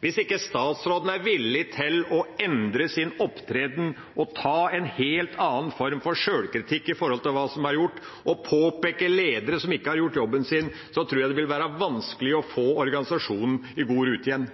Hvis ikke statsråden er villig til å endre sin opptreden og ta en helt annen form for sjølkritikk når det gjelder hva som er gjort, og peke på ledere som ikke har gjort jobben sin, tror jeg det vil være vanskelig å få organisasjonen i god rute igjen.